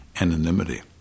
anonymity